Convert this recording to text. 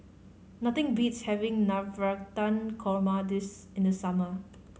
nothing beats having Navratan Korma this in the summer